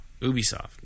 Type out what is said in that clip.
Ubisoft